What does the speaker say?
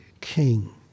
king